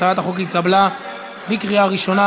הצעת החוק התקבלה בקריאה ראשונה,